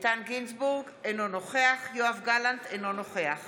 אינו נוכח יואב גלנט, אינו נוכח